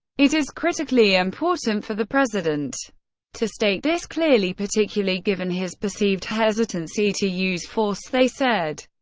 it is critically important for the president to state this clearly, particularly given his perceived hesitancy to use force, they said.